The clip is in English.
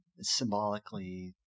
Symbolically